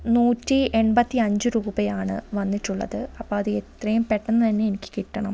നൂറ്റി എൺപത്തി അഞ്ചു രൂപയാണ് വന്നിട്ടുള്ളത് അപ്പം അത് എത്രയും പെട്ടെന്ന് തന്നെ എനിക്ക് കിട്ടണം